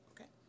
okay